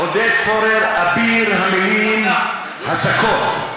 עודד פורר, הסתה, אביר המילים הזכות.